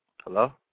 Hello